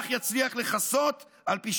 לצאת בבקשה